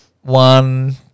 one